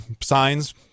signs